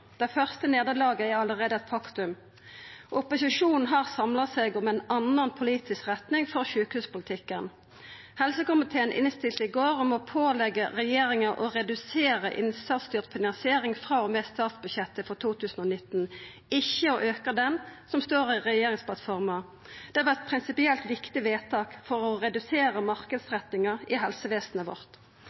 Det første nederlaget er allereie eit faktum. Opposisjonen har samla seg om ei anna politisk retning for sjukehuspolitikken. Helsekomiteen innstilte i går på å påleggja regjeringa å redusera innsatsstyrt finansiering frå og med statsbudsjettet for 2019, ikkje auka ho, slik det står i regjeringsplattforma. Det var eit prinsipielt viktig vedtak for å redusera marknadsrettinga i helsevesenet vårt.